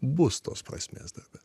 bus tos prasmės dar